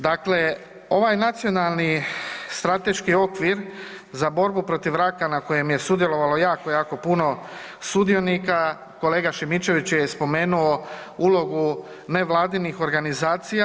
Dakle, ovaj Nacionalni strateški okvir za borbu protiv raka na kojem je sudjelovalo jako, jako puno sudionika, kolega Šimičević je spomenuo ulogu nevladinih organizacija.